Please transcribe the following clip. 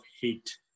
hate